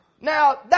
Now